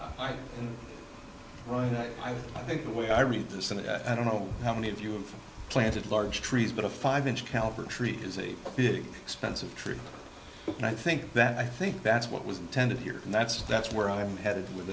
right i think the way i read this and i don't know how many of you planted large trees but a five inch caliber tree is a big expensive tree and i think that i think that's what was intended here and that's that's where i'm headed with